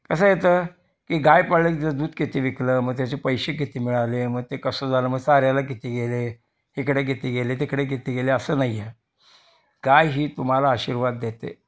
कसं येतं की गाय पाळली तर दूध किती विकलं मग त्याचे पैशे किती मिळाले मग ते कसं झालं मग चाऱ्याला किती गेले इकडे किती गेले तिकडे किती गेले असं नाही आहे गाय ही तुम्हाला आशीर्वाद देते